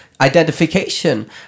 identification